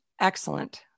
excellent